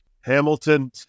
Hamilton